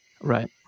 right